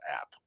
app